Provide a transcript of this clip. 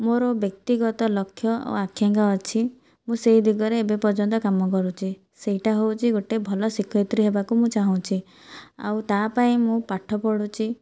ମୋର ବ୍ୟକ୍ତିଗତ ଲକ୍ଷ୍ୟ ଓ ଆକାଂକ୍ଷା ଅଛି ମୁଁ ସେ ଦିଗରେ ଏବେ ପର୍ଯ୍ୟନ୍ତ କାମ କରୁଛି ସେଇଟା ହେଉଛି ଗୋଟିଏ ଭଲ ଶିକ୍ଷୟତ୍ରୀ ହେବାକୁ ମୁଁ ଚାହୁଁଛି ଆଉ ତା ପାଇଁ ମୁଁ ପାଠ ପଢ଼ୁଛି